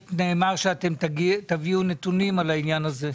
ונאמר שאתם תביאו נתונים על העניין הזה.